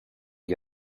gli